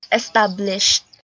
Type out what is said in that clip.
established